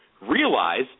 Realize